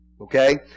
Okay